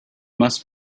must